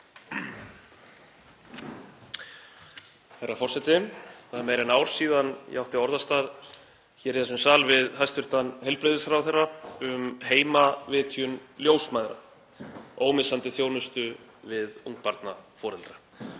Það er meira en ár síðan ég átti orðastað hér í þessum sal við hæstv. heilbrigðisráðherra um heimavitjun ljósmæðra, ómissandi þjónustu við ungbarnaforeldra.